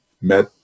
met